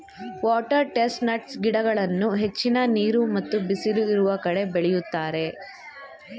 water chestnuts ಗಿಡಗಳನ್ನು ಹೆಚ್ಚಿನ ನೀರು ಮತ್ತು ಬಿಸಿಲು ಇರುವ ಕಡೆ ಬೆಳಿತರೆ